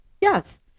Yes